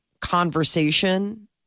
conversation